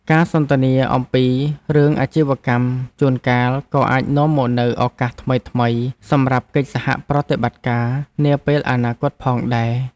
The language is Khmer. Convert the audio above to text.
ការសន្ទនាអំពីរឿងអាជីវកម្មជួនកាលក៏អាចនាំមកនូវឱកាសថ្មីៗសម្រាប់កិច្ចសហប្រតិបត្តិការនាពេលអនាគតផងដែរ។